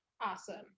Awesome